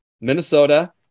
Minnesota